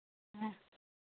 हाँ